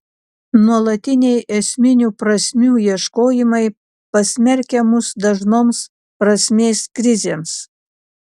nuolatiniai esminių prasmių ieškojimai pasmerkia mus dažnoms prasmės krizėms